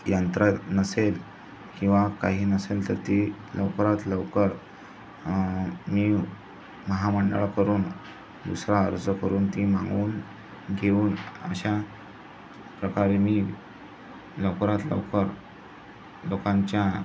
यंत्रा नसेल किंवा काही नसेल तर ती लवकरात लवकर मी महामंडळ करून दुसरा अर्ज करून ती मागवून घेऊन अशा प्रकारे मी लवकरात लवकर लोकांच्या